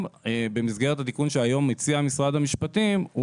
במסגרת התיקון שהיום מציע משרד המשפטים,